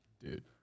Dude